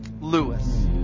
Lewis